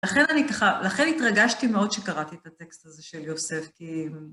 לכן אני ככה, לכן התרגשתי מאוד שקראתי את הטקסט הזה של יוסף, כי...